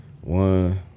one